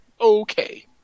Okay